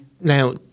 Now